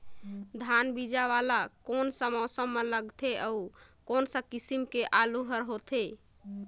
धान बीजा वाला कोन सा मौसम म लगथे अउ कोन सा किसम के आलू हर होथे?